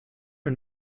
and